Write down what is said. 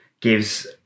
gives